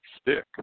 stick